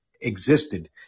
existed